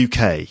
UK